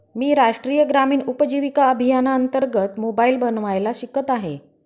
मी राष्ट्रीय ग्रामीण उपजीविका अभियानांतर्गत मोबाईल बनवायला शिकत आहे